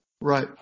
Right